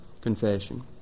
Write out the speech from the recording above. confession